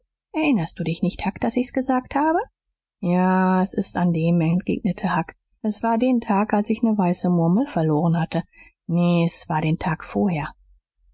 erinnerst du dich nicht huck daß ich's gesagt hab ja s ist an dem entgegnete huck s war den tag als ich ne weiße murmel verloren hatte nee s war den tag vorher